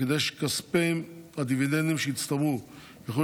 וכדי שכספי הדיבידנדים שהצטברו יוכלו